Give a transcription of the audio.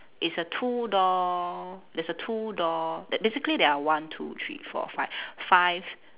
is a two door there's a two door that basically there are one two three four five five